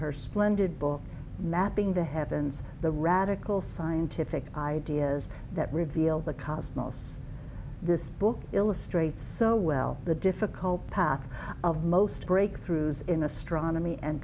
her splendid book mapping the heavens the radical scientific ideas that reveal the cosmos this book illustrates so well the difficult path of most breakthroughs in astronomy and